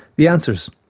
the answers.